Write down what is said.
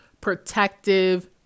protective